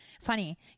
Funny